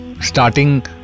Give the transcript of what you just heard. starting